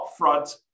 upfront